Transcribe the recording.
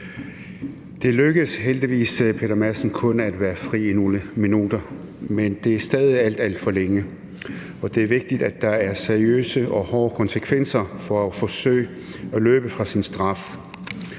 Det lykkedes heldigvis kun Peter Madsen at være fri i nogle minutter, men det er stadig alt, alt for længe, og det er vigtigt, at der er seriøse og hårde konsekvenser for forsøg på at løbe fra sin straf.